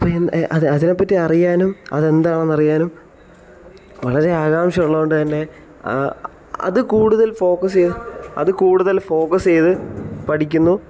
പിന്നെ അത് അതിനെ പറ്റി അറിയാനും അത് എന്താണ് എന്ന് അറിയാനും വളരെ ആകാംക്ഷയുള്ളത്കൊണ്ട് തന്നെ അത് കൂടുതൽ ഫോക്കസ് ചെയ്യുക അത് കൂടുതൽ ഫോക്കസ് ചെയ്ത് പഠിക്കുന്നു